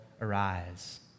arise